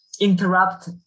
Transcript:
interrupt